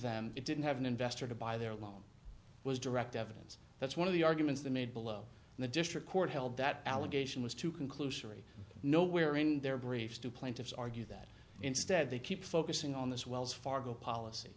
them it didn't have an investor to buy their lawn was direct evidence that's one of the arguments that made below the district court held that allegation was too conclusory nowhere in their briefs to plaintiffs argue that instead they keep focusing on this wells fargo policy